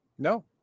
No